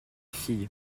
fille